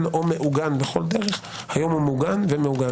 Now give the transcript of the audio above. או מעוגן בכל דרך היום הוא מוגן ומעוגן.